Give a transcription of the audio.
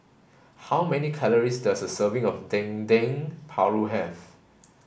how many calories does a serving of Dendeng Paru have